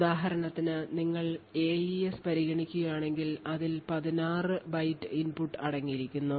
ഉദാഹരണത്തിന് നിങ്ങൾ എഇഎസ് പരിഗണിക്കുകയാണെങ്കിൽ അതിൽ 16 ബൈറ്റ് ഇൻപുട്ട് അടങ്ങിയിരിക്കുന്നു